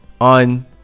on